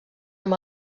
amb